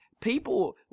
people